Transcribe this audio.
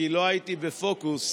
כי לא הייתי בפוקוס,